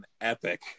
epic